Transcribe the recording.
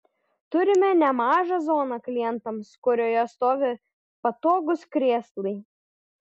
turime nemažą zoną klientams kurioje stovi patogūs krėslai